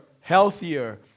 healthier